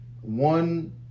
one